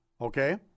okay